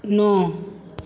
नौ